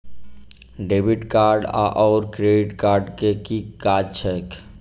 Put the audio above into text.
Debit card आओर credit card केँ की काज छैक?